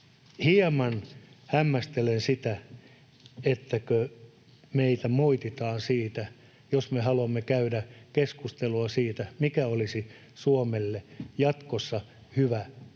hieman hämmästelen sitä, että meitä moititaan siitä, jos me haluamme käydä keskustelua siitä, mikä olisi Suomelle jatkossa hyvä, kun olemme